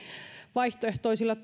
vaihtoehtoisilla